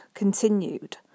Continued